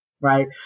right